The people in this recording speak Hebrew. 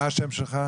מה השם שלך?